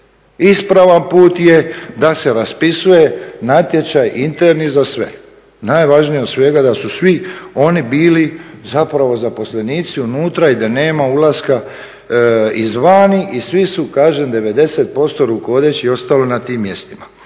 Ispravan put je da se raspisuje natječaj interni za sve. Najvažnije od svega je da su svi oni bili zapravo zaposlenici unutra i da nema ulaska izvani i svi su kažem 90% rukovodećih ostalo na tim mjestima.